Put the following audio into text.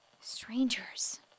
Strangers